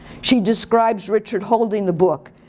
she describes richard holding the book.